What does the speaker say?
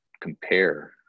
compare